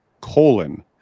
colon